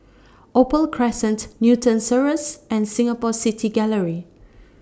Opal Crescent Newton Cirus and Singapore City Gallery